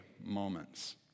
moments